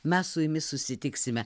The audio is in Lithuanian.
mes su jumis susitiksime